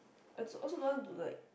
I also don't want to like